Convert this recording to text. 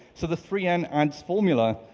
so the three n ads formula.